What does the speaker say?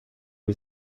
was